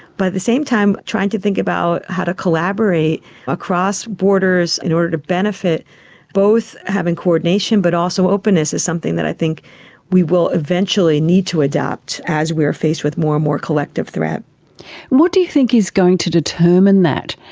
but at the same time trying to think about how to collaborate across borders in order to benefit both having coordination but also openness is something that i think we will eventually need to adapt as we are faced with more and more collective threat. and what do you think is going to determine that,